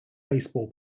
baseball